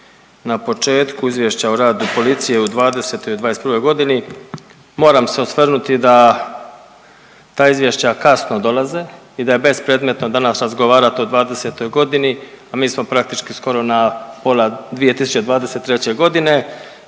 Na početku Izvješća o radu policije u '20. i '21. g. moram se osvrnuti da ta izvješća kasno dolaze i da je bespredmetno danas razgovarati o '20. g., a mi smo praktički skoro na pola 2023. g.